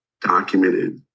documented